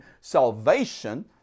salvation